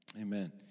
Amen